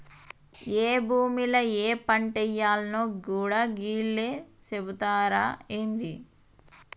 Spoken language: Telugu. ఏ భూమిల ఏ పంటేయాల్నో గూడా గీళ్లే సెబుతరా ఏంది?